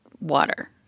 water